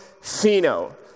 Fino